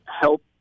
help